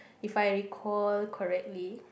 if I recall correctly